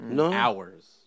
hours